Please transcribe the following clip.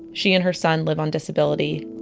she and her son live on disability.